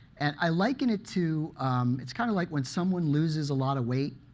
and i liken it to it's kind of like when someone loses a lot of weight.